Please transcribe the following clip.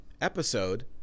episode